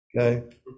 Okay